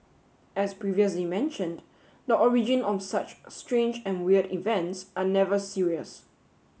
as previously mentioned the origin of such strange and weird events are never serious